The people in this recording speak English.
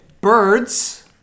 Birds